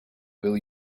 will